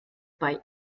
bei